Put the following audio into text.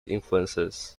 influences